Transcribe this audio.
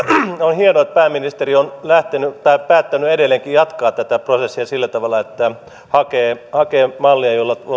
on hienoa että pääministeri on päättänyt edelleenkin jatkaa tätä prosessia sillä tavalla että hakee hakee mallia jolla